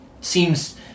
Seems